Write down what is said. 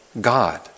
God